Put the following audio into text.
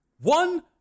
One